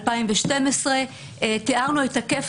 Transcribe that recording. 2012. תיארנו היקף